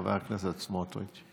חבר הכנסת סמוטריץ'.